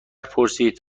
پرسید